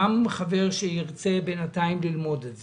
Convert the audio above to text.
גם חבר שירצה בינתיים ללמוד את זה,